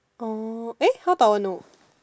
oh eh how dao-er know